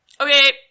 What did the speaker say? Okay